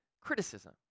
criticism